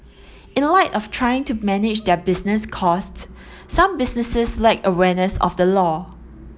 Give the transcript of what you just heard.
in light of trying to manage their business cost some businesses lack awareness of the law